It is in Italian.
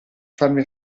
farmi